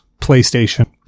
PlayStation